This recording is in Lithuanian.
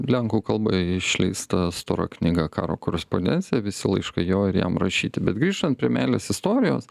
lenkų kalba išleista stora knyga karo korespondencija visi laiškai jo ir jam rašyti bet grįžtant prie meilės istorijos